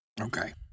Okay